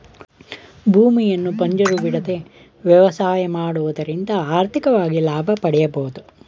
ಭೂಮಿಯನ್ನು ಬಂಜರು ಬಿಡದೆ ವ್ಯವಸಾಯ ಮಾಡುವುದರಿಂದ ಆರ್ಥಿಕವಾಗಿ ಲಾಭ ಪಡೆಯಬೋದು